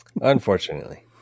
Unfortunately